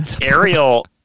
Ariel